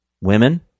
women